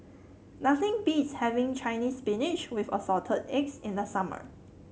nothing beats having Chinese Spinach with Assorted Eggs in the summer